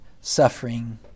suffering